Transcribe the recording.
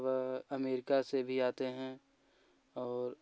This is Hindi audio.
वे अमेरिका से भी आते हैं और